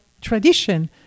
tradition